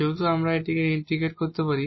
যেহেতু আমরা এখানে এটিকে ইন্টিগ্রেট করতে পারি